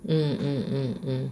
mm mm mm mm